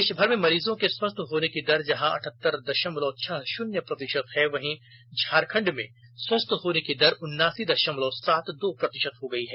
देशभर में मरीजों के स्वस्थ होने का दर जहां अठहत्तर दशमलव छह शून्य प्रतिशत है वहीं झारखंड में स्वस्थ होने की दर उन्नासी दशमलव सात दो प्रतिशत हो गयी है